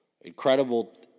incredible